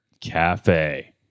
cafe